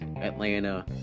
Atlanta